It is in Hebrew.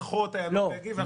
היה פחות "נורבגי" --- לא.